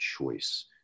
choice